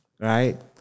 Right